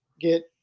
Get